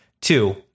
Two